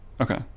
Okay